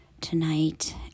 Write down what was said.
tonight